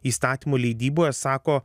įstatymų leidyboje sako